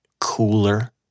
cooler